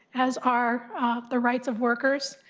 as are the rights of workers,